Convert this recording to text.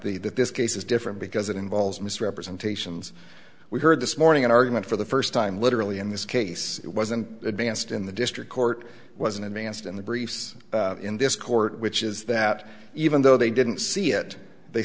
this case is different because it involves misrepresentations we heard this morning an argument for the first time literally in this case it wasn't advanced in the district court was an advanced in the briefs in this court which is that even though they didn't see it they